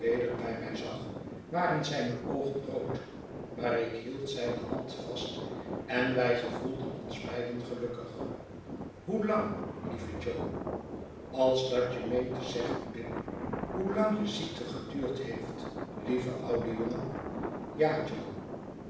bij mij zag waren zijne oogen rood maar ik hield zijne hand vast en wij gevoelden ons beiden gelukkig hoelang lieve jo als dat je meent te zeggen pip hoelang je ziekte geduurdheeft lieve oude jongen ja jo